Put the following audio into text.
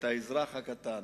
את האזרח הקטן,